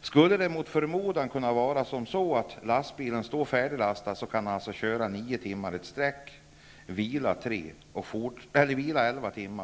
Skulle lastbilen mot förmodan stå färdiglastad, kan chauffören köra nio timmar i sträck och sedan vila elva timmar.